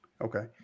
Okay